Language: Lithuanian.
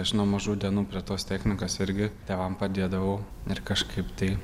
aš nuo mažų dienų prie tos technikos irgi tėvam padėdavau ir kažkaip tai